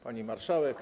Pani Marszałek!